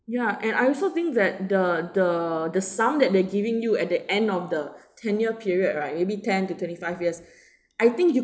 ya and I also think that the the the sum that they're giving you at the end of the tenure period right maybe ten to twenty five years I think you